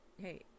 hey